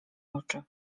oczy